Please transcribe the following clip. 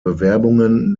bewerbungen